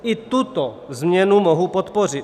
I tuto změnu mohu podpořit.